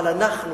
אבל אנחנו,